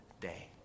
day